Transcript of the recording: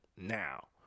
Now